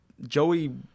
Joey